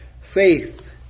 faith